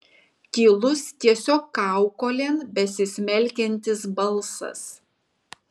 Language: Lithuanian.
tylus tiesiog kaukolėn besismelkiantis balsas